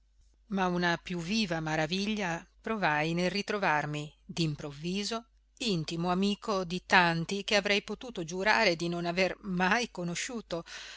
ma una più viva maraviglia provai nel ritrovarmi d'improvviso intimo amico di tanti che avrei potuto giurare di non aver mai conosciuto